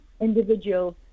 individuals